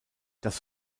das